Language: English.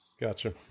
gotcha